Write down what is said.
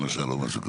או משהו כזה.